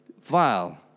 vile